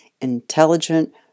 intelligent